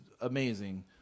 amazing